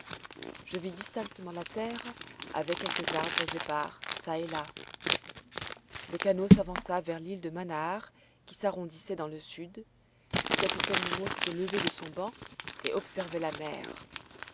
je vis distinctement la terre avec quelques arbres épars çà et là le canot s'avança vers l'île de manaar qui s'arrondissait dans le sud le capitaine nemo s'était levé de son banc et observait la mer